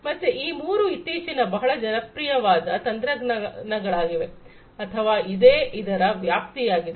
ಮತ್ತೆ ಈ ಮೂರು ಇತ್ತೀಚಿನ ಬಹಳ ಜನಪ್ರಿಯವಾದ ತಂತ್ರಜ್ಞಾನಗಳಾಗಿವೆ ಅಥವಾ ಇದೇ ಇದರ ವ್ಯಾಪ್ತಿ ಯಾಗಿದೆ